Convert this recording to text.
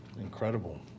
incredible